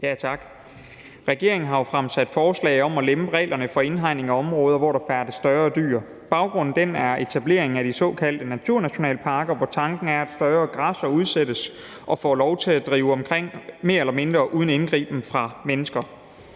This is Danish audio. Tak. Regeringen har jo fremsat forslag om at lempe reglerne for indhegning af områder, hvor der færdes større dyr. Baggrunden er etableringen af de såkaldte naturnationalparker, hvor tanken er, at større græssere udsættes og får lov til at drive omkring mere eller mindre uden indgriben fra mennesker.